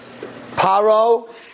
Paro